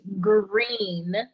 green